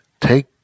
Take